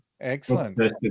excellent